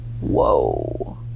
Whoa